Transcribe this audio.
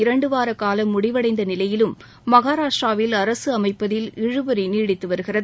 இரண்டுவார காலம் முடிவடைந்த நிலையிலும் மகாராஷ்டிராவில் அரசு அமைப்பதில் இழுபறி நீடித்து வருகிறது